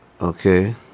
okay